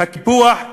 הקיפוח,